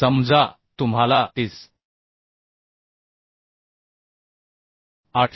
समजा तुम्हाला IS